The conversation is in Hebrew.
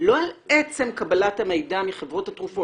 לא על עצם קבלת המידע מחברות התרופות.